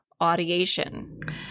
audiation